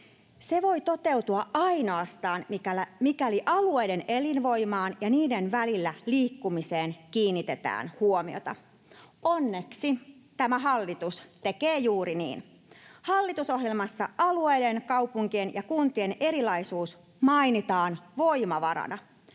Se voi toteutua ainoastaan, mikäli alueiden elinvoimaan ja alueiden välillä liikkumiseen kiinnitetään huomiota. Onneksi tämä hallitus tekee juuri niin. Hallitusohjelmassa alueiden, kaupunkien ja kuntien erilaisuus mainitaan voimavarana.